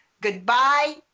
Goodbye